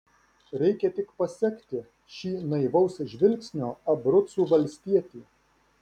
reikia tik pasekti šį naivaus žvilgsnio abrucų valstietį